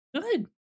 good